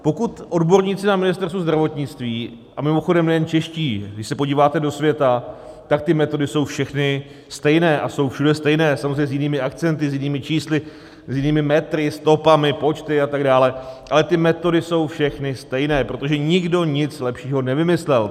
Pokud odborníci na Ministerstvu zdravotnictví a mimochodem nejen čeští, když se podíváte do světa, tak ty metody jsou všechny stejné a jsou všude stejné, samozřejmě s jinými akcenty, s jinými čísly, s jinými metry, stopami, počty atd., ale ty metody jsou všechny stejné, protože nikdo nic lepšího nevymyslel.